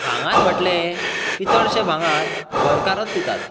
भांगर म्हटलें की चडशें भांगार घरकाराच दितात